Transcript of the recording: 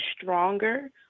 stronger